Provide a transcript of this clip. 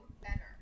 better